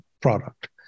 product